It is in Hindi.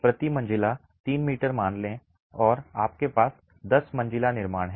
प्रति मंजिला 3 मीटर मान लें और आपके पास 10 मंजिला निर्माण है